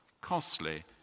costly